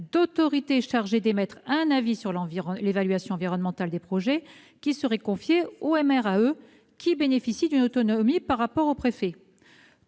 d'autorité chargée d'émettre un avis sur l'évaluation environnementale des projets, qui serait confiée aux MRAE, lesquelles bénéficient d'une autonomie par rapport au préfet.